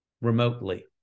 remotely